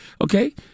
Okay